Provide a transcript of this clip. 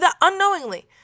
unknowingly